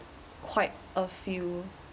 quite a few